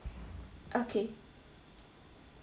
okay